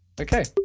okay.